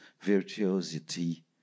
virtuosity